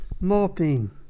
Mopping